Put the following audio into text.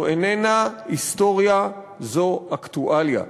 זו איננה היסטוריה, זו אקטואליה,